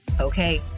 Okay